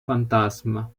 fantasma